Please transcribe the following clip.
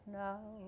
now